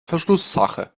verschlusssache